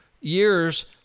years